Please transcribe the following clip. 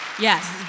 Yes